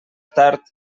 tard